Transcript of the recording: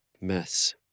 mess